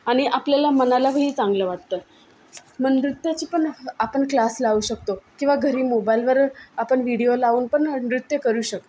आणि आपल्याला मनालाही चांगलं वाटतं नृत्याचे पण आपण क्लास लावू शकतो किंवा घरी मोबाईलवर आपण व्हिडिओ लावून पण नृत्य करू शकतो